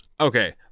Okay